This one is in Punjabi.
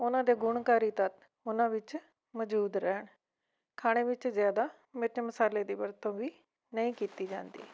ਉਹਨਾਂ ਦੇ ਗੁਣਕਾਰੀ ਤੱਤ ਉਹਨਾਂ ਵਿੱਚ ਮੌਜੂਦ ਰਹਿਣ ਖਾਣੇ ਵਿੱਚ ਜ਼ਿਆਦਾ ਮਿਰਚ ਮਸਾਲੇ ਦੀ ਵਰਤੋਂ ਵੀ ਨਹੀਂ ਕੀਤੀ ਜਾਂਦੀ